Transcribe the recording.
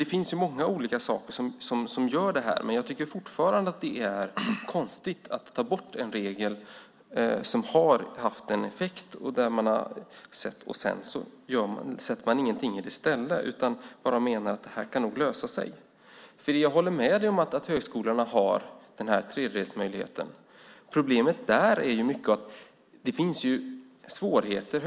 Det finns många olika saker att tänka på, och jag tycker fortfarande att det är konstigt att man tar bort en regel, trots att man kunnat se att den haft effekt, och samtidigt inte sätter in något annat. I stället menar man att det nog löser sig. Jag håller med Ulf Nilsson om att högskolorna har tredjedelsmöjligheten. Men det finns svårigheter.